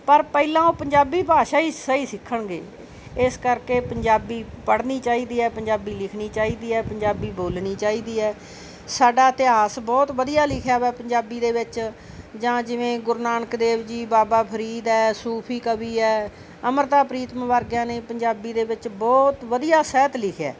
ਪਰ ਪਹਿਲਾਂ ਉਹ ਪੰਜਾਬੀ ਭਾਸ਼ਾ ਹੀ ਸਹੀ ਸਿੱਖਣਗੇ ਇਸ ਕਰਕੇ ਪੰਜਾਬੀ ਪੜ੍ਹਨੀ ਚਾਹੀਦੀ ਹੈ ਪੰਜਾਬੀ ਲਿਖਣੀ ਚਾਹੀਦੀ ਹੈ ਪੰਜਾਬੀ ਬੋਲਣੀ ਚਾਹੀਦੀ ਹੈ ਸਾਡਾ ਇਤਿਹਾਸ ਬਹੁਤ ਵਧੀਆ ਲਿਖਿਆ ਵਾ ਪੰਜਾਬੀ ਦੇ ਵਿੱਚ ਜਾਂ ਜਿਵੇਂ ਗੁਰੂ ਨਾਨਕ ਦੇਵ ਜੀ ਬਾਬਾ ਫਰੀਦ ਹੈ ਸੂਫੀ ਕਵੀ ਹੈ ਅੰਮ੍ਰਿਤਾ ਪ੍ਰੀਤਮ ਵਰਗਿਆਂ ਨੇ ਪੰਜਾਬੀ ਦੇ ਵਿੱਚ ਬਹੁਤ ਵਧੀਆ ਸਹਿਤ ਲਿਖਿਆ